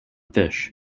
fish